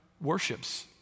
worships